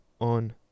on